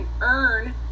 earn